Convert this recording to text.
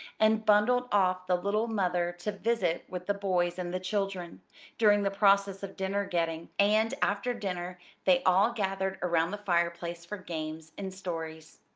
and bundled off the little mother to visit with the boys and the children during the process of dinner-getting, and after dinner they all gathered around the fireplace for games and stories.